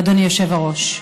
אדוני היושב-ראש.